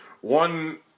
one